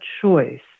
choice